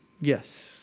Yes